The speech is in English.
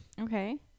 Okay